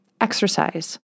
exercise